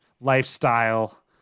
lifestyle